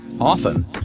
Often